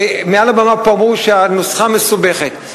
מעל הבמה פה אמרו שהנוסחה מסובכת.